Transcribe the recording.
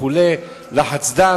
לחץ דם